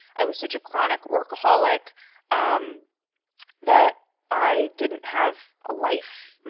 i was such a chronic workaholic um that i didn't have a life.